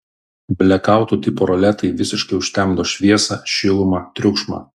blekautų tipo roletai visiškai užtemdo šviesą šilumą triukšmą